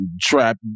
trap